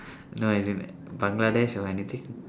no as in bangladesh or anything